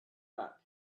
back